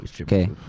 Okay